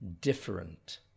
different